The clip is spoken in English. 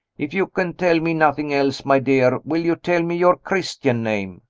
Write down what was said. if you can tell me nothing else, my dear, will you tell me your christian name?